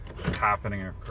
happening